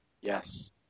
Yes